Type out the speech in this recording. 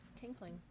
Tinkling